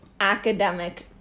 academic